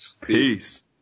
Peace